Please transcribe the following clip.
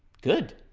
good.